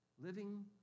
Living